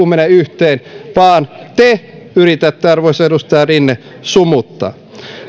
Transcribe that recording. mene yhteen vaan te yritätte arvoisa edustaja rinne sumuttaa